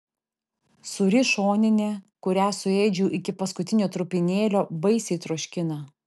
sūri šoninė kurią suėdžiau iki paskutinio trupinėlio baisiai troškina